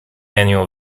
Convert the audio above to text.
annual